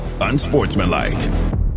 Unsportsmanlike